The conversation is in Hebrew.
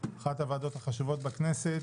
אחת הוועדות החשובות בכנסת,